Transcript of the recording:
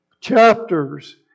chapters